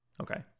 Okay